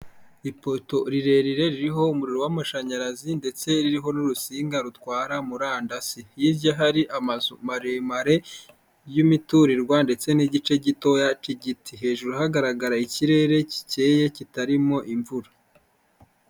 Ipoto rirerire ririho umuriro w'amashanyarazi ndetse ririho n'urutsinga rutwara murandasi, hirya hari amazu maremare y'imiturirwa ndetse n'igice gitoya k'igiti, hejuru hagaragara ikirere gikeye kitarimo imvura